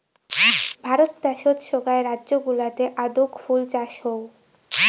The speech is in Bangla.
ভারত দ্যাশোত সোগায় রাজ্য গুলাতে আদৌক ফুল চাষ হউ